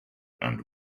and